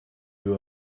you